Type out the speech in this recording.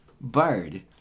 bird